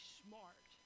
smart